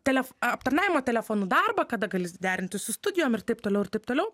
telef aptarnavimo telefonu darbą kada gali derinti su studijom ir taip toliau ir taip toliau